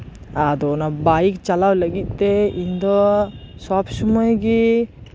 ᱟᱫᱚ ᱚᱱᱟ ᱵᱟᱭᱤᱠ ᱪᱟᱞᱟᱣ ᱞᱟᱹᱜᱤᱫᱛᱮ ᱤᱧᱫᱚ ᱥᱚᱵ ᱥᱚᱢᱚᱭᱜᱮ